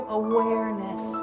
awareness